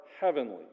heavenly